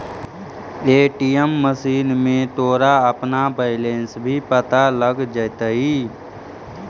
ATM machine में तोरा अपना बैलन्स भी पता लग जाटतइ